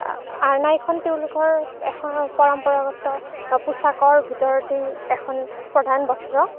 আৰনাইখন তেওঁলোকৰ এখন পৰম্পৰাগত পোচাকৰ ভিতৰতেই এখন প্ৰধান বস্ত্ৰ